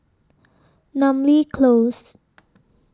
Namly Close